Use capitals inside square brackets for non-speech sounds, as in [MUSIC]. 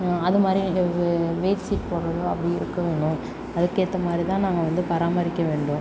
அதுமாதிரி [UNINTELLIGIBLE] வெயில் சீட் போடுறதோ அப்படி இருக்கணும் அதுக்கேற்ற மாதிரிதான் நாங்கள் வந்து பராமரிக்க வேண்டும்